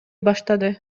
баштаган